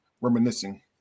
Reminiscing